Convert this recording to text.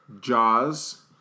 Jaws